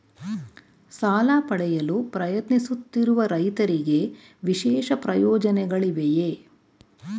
ಸಾಲ ಪಡೆಯಲು ಪ್ರಯತ್ನಿಸುತ್ತಿರುವ ರೈತರಿಗೆ ವಿಶೇಷ ಪ್ರಯೋಜನಗಳಿವೆಯೇ?